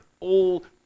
old